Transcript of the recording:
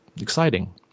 exciting